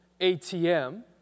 ATM